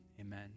amen